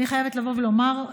אני חייבת לומר,